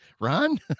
Ron